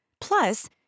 Plus